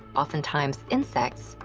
oftentimes insects,